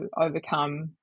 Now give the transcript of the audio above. overcome